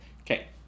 Okay